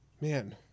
man